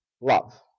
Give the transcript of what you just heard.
love